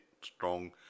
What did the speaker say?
strong